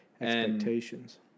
Expectations